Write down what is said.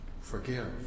Forgive